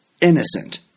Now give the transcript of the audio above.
innocent